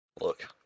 Look